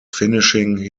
finishing